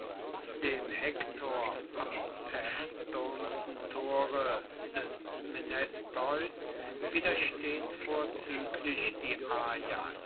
dem hektor am erstürmte tore des menestheus widerstehn vorzüglich die